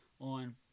on